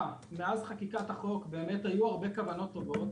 בחקיקת החוק באמת היו הרבה כוונות טובות